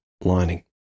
lining